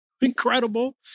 Incredible